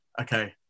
Okay